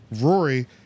Rory